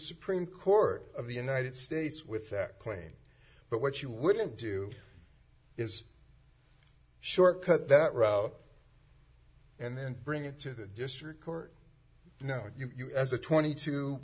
supreme court of the united states with that claim but what you wouldn't do is short cut that route and then bring it to the district court you know you as a twenty two